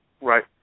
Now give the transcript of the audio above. right